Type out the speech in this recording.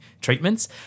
treatments